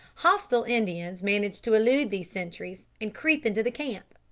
hostile indians manage to elude the sentries, and creep into the camp.